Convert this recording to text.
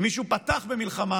אם מישהו פתח במלחמה,